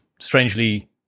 strangely